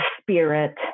spirit